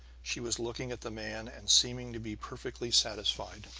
she was looking at the man and seeming to be perfectly satisfied.